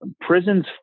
Prison's